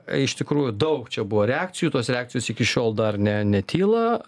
iš tikrųjų daug čia buvo reakcijų tos reakcijos iki šiol dar ne netyla